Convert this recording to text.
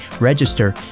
register